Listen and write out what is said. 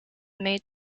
made